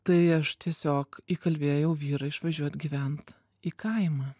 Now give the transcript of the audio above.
tai aš tiesiog įkalbėjau vyrą išvažiuot gyvent į kaimą